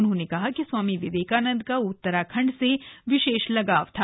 उन्होंने कहा कि स्वामी विवेकानंद का उत्तराखण्ड से विशेष लगाव था